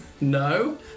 No